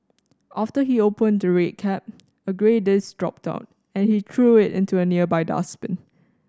after he opened the red cap a grey disc dropped out and he threw it into a nearby dustbin